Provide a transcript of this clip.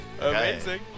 Amazing